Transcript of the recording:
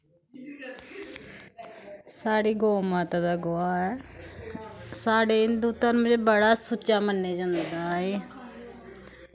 साढ़ी गौ माता दा गोहा ऐ साढ़े हिंदू धरम च बड़ा सुच्चा मन्नेआ जंदा एह्